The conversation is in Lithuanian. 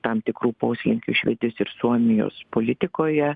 tam tikrų poslinkių švedijos ir suomijos politikoje